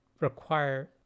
require